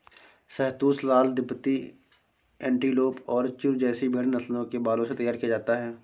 शहतूश shawl तिब्बती antelope और चिरु जैसी भेड़ नस्लों के बालों से तैयार किया जाता है